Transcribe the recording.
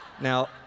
Now